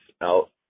out